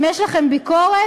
אם יש לכן ביקורת,